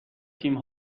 تیم